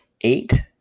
eight